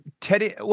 Teddy